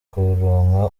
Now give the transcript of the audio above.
kuronka